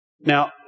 Now